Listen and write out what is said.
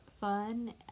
fun